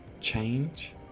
change